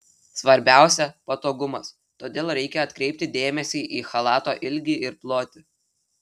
svarbiausia patogumas todėl reikia atkreipti dėmesį į chalato ilgį ir plotį